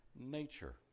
nature